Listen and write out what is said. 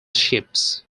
ships